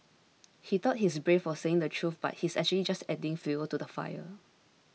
he thought he's brave for saying the truth but he's actually just adding fuel to the fire